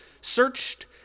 searched